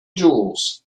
jewels